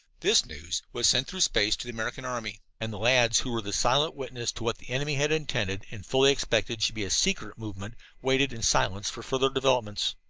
this news was sent through space to the american army and the lads who were the silent witnesses to what the enemy had intended and fully expected should be a secret movement, waited in silence for further developments.